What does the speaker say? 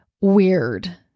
weird